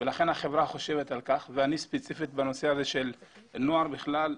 לכן החברה חושבת על כך ואני ספציפית בנושא הזה של נוער בכלל,